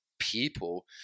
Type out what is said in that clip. people